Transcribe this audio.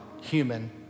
human